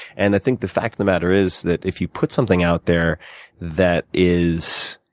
and i think the fact of the matter is that if you put something out there that is